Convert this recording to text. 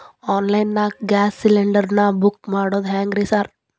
Online ನಾಗ gas cylinder ನಾ book ಮಾಡೋದ್ ಹೆಂಗ್ರಿ ಸಾರ್?